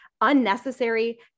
unnecessary